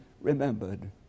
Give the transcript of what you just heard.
remembered